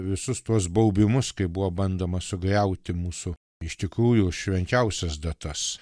visus tuos baubimus kai buvo bandoma sugriauti mūsų iš tikrųjų švenčiausias datas